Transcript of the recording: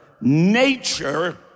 nature